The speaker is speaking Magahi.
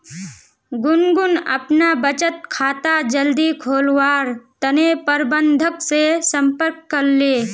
गुनगुन अपना बचत खाता जल्दी खोलवार तने प्रबंधक से संपर्क करले